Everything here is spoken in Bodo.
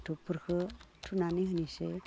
धुपफोरखौ थुनानै होनोसै